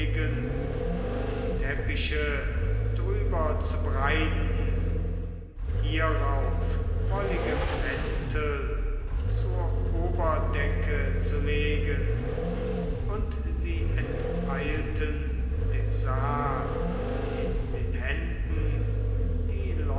und teppiche drüber zu breiten hierauf wollige mäntel zur oberdecke zu legen und sie enteilten dem saal in den händen die